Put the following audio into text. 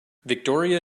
victoria